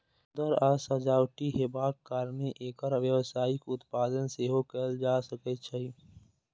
सुंदर आ सजावटी हेबाक कारणें एकर व्यावसायिक उत्पादन सेहो कैल जा सकै छै